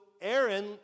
Aaron